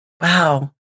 Wow